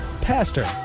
Pastor